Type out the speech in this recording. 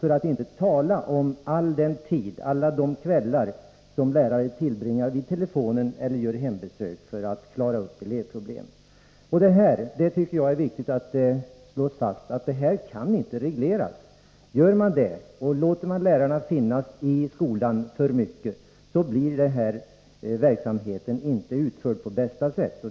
för att inte tala om all den tid, alla de kvällar, som lärare tillbringar vid telefonen eller gör hembesök för att klara upp elevproblem. Jag tycker att det är viktigt att det slås fast att arbetstiden inte kan regleras på ett sådant sätt att lärarna tvingas vara i skolan i alltför stor utsträckning. Då blir den här verksamheten inte utförd på bästa sätt.